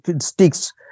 sticks